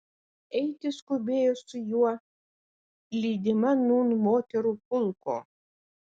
eiti skubėjo su juo lydima nūn moterų pulko